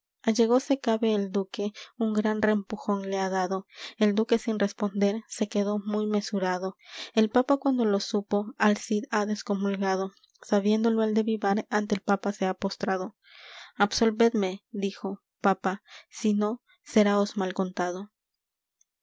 allegóse cabe el duque un gran rempujón le ha dado el duque sin responder se quedó muy mesurado el papa cuando lo supo al cid ha descomulgado sabiéndolo el de vivar ante el papa se ha postrado absolvedme dijo papa sino seráos mal contado los